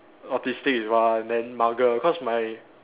autistic is one then mugger cause my